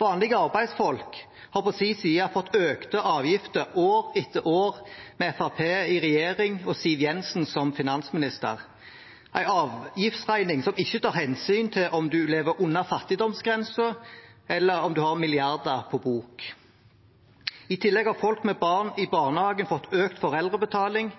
Vanlige arbeidsfolk har på sin side fått økte avgifter år etter år med Fremskrittspartiet i regjering og Siv Jensen som finansminister – en avgiftsregning som ikke tar hensyn til om man lever under fattigdomsgrensen eller har milliarder på bok. I tillegg har folk med barn i barnehage fått økt foreldrebetaling,